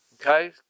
Okay